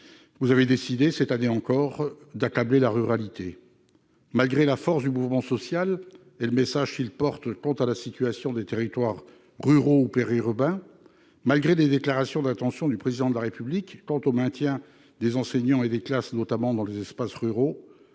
vous avez décidé, cette année encore, d'accabler la ruralité. Malgré la force du mouvement social et le message qu'il porte quant à la situation des territoires ruraux ou périurbains, malgré les déclarations d'intention du Président de la République quant au maintien des enseignants et des classes, notamment dans les espaces ruraux,